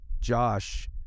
Josh